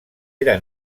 era